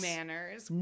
Manners